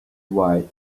wide